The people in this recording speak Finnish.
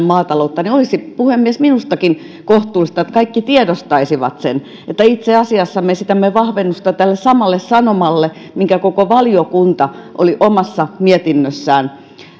maataloutta niin olisi puhemies minustakin kohtuullista että kaikki tiedostaisivat sen että itse asiassa me esitämme vahvennusta tälle samalle sanomalle minkä koko valiokunta oli omassa mietinnössään